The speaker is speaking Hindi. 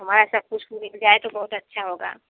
हमारा ऐसा कुछ मिल जाए तो बहुत अच्छा होगा